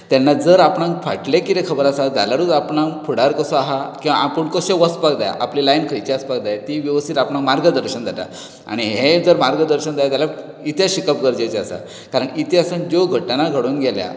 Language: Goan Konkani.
तेन्ना जर आपणाक फाटलें कितें खबर आसा जाल्यारूच आपणाक फुडार कसो आहा किंवां आपूण कसो वचपाक जाय आपली लायन खंयची आसपाक जाय ती वेवस्थीत आपणाक मार्गदर्शन जाता आणी हेय जर मार्गदर्शन जाय जाल्यार इतिहास शिकप गरजेचें आसा कारण इतिहासान ज्यो घटना घडून गेल्या